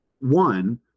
one